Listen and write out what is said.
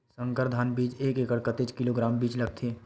संकर धान बीज एक एकड़ म कतेक किलोग्राम बीज लगथे?